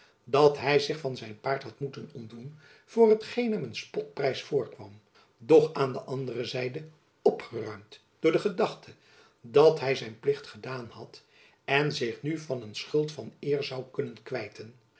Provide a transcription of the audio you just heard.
dat hy zich van zijn paard had moeten ontdoen voor t geen hem een spotprijs voorkwam doch aan de andere zijde opgeruimd door de gedachte dat hy zijn plicht gedaan had en zich nu van een schuld van eer zoû kunnen kwijten